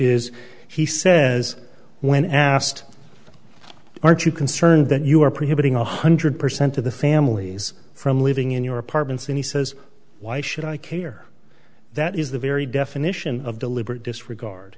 is he says when asked aren't you concerned that you are preventing one hundred percent of the families from living in your apartments and he says why should i care that is the very definition of deliberate disregard